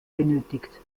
benötigt